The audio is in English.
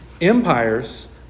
Empires